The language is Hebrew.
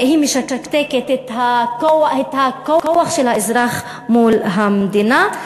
היא משתקת את הכוח של האזרח מול המדינה.